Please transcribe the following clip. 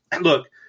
look